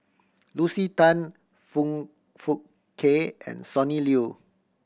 Lucy Tan Foong Fook Kay and Sonny Liew